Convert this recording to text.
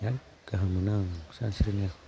ओइ गाहाम मोनो आं सानस्रिनो